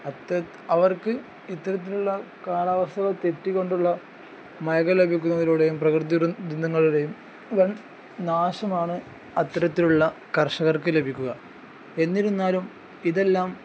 അത് അവർക്ക് ഇത്തരത്തിലുള്ള കാലാവസ്ഥകൾ തെറ്റി കൊണ്ടുള്ള മഴകൾ ലഭിക്കുന്നതിലൂടെയും പ്രകൃതി ദുരന്തങ്ങളുടെയും വൻ നാശമാണ് അത്തരത്തിലുള്ള കർഷകർക്ക് ലഭിക്കുക എന്നിരുന്നാലും ഇതെല്ലാം